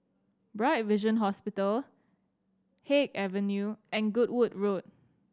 Bright Vision Hospital Haig Avenue and Goodwood Road